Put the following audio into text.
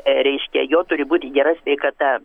reiškia jo turi būti gera sveikata